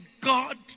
God